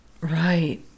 Right